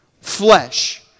flesh